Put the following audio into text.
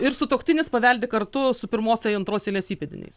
ir sutuoktinis paveldi kartu su pirmos ir antros eilės įpėdiniais